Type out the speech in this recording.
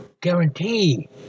guarantee